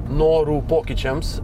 norų pokyčiams